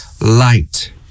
light